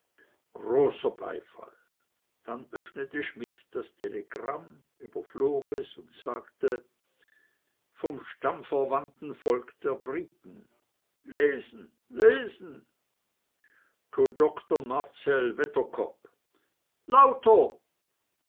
großer beifall dann öffnete schmidt das telegramm überflog es und sagte vom stammverwandten volk der briten lesen lesen to doctor marcell wedderkopp lauter